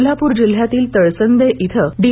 कोल्हाप्र जिल्ह्यातील तळसंदे इथे डी